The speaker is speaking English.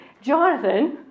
Jonathan